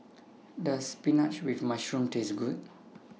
Does Spinach with Mushroom Taste Good